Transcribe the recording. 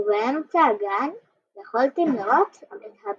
ובאמצע הגן יכלתם לראות את הברכה.